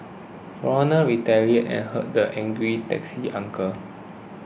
foreigner retaliated and hurt the angry taxi uncle